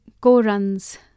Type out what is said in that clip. co-runs